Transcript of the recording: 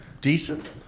Decent